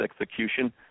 execution